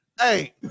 Hey